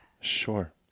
sure